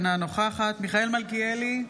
אינה נוכחת מיכאל מלכיאלי,